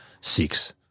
six